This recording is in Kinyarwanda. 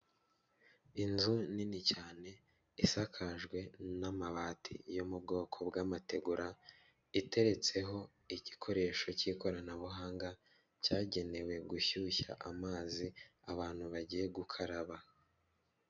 Inzu nini cyane, isakajwe n'amabati yo mu bwoko bw'amategura, iteretseho igikoresho cy'ikoranabuhanga, cyagenewe gushyushya amazi, abantu bagiye gukaraba.